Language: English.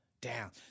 down